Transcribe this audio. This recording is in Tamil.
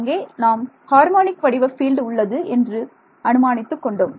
அங்கே நாம் ஹார்மோனிக் வடிவ பீல்டு உள்ளது என்று நாம் அனுமானித்துக் கொண்டோம்